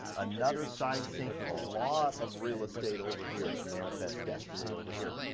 another side sink with a lot of real estate over here. it's manifest destiny over here.